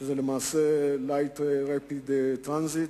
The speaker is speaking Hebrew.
Light Rapid Transit .